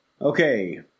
Okay